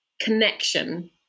connection